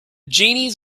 genies